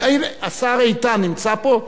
השר איתן נמצא פה?